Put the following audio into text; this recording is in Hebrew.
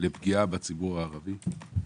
לפגיעה בציבור הערבי.